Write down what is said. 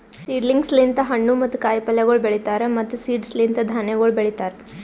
seedlings ಲಿಂತ್ ಹಣ್ಣು ಮತ್ತ ಕಾಯಿ ಪಲ್ಯಗೊಳ್ ಬೆಳೀತಾರ್ ಮತ್ತ್ ಸೀಡ್ಸ್ ಲಿಂತ್ ಧಾನ್ಯಗೊಳ್ ಬೆಳಿತಾರ್